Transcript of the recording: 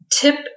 tip